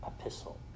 epistle